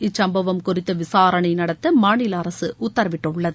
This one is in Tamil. இச்சம்பவம் குறித்து விசாரணை நடத்த மாநில அரசு உத்தரவிட்டுள்ளது